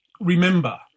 remember